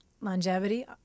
longevity